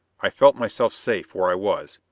i felt myself safe where i was,